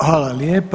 Hvala lijepa.